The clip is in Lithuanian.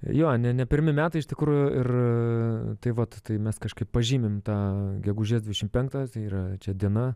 jo ne ne pirmi metai iš tikrųjų ir tai vat tai mes kažkaip pažymim tą gegužės dvidešim penktą tai yra čia diena